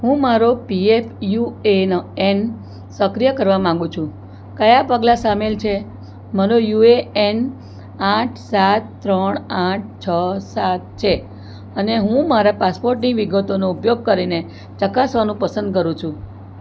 હું મારો PF U A N સક્રિય કરવા માગું છું કયા પગલાં સામેલ છે મારો યુ એ એન આઠ સાત ત્રણ આઠ છ સાત છે અને હું મારા પાસપોર્ટની વિગતોનો ઉપયોગ કરીને ચકાસવાનું પસંદ કરું છું